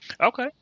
Okay